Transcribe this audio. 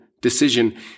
decision